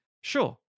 sure